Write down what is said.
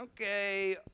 Okay